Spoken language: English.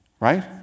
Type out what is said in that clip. Right